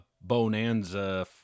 Bonanza